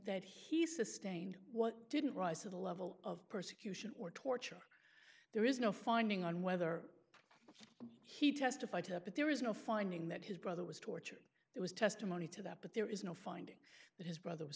that he sustained what didn't rise to the level of persecution or torture there is no finding on whether he testified to that there is no finding that his brother was tortured there was testimony to that but there is no finding that his brother was